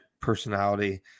personality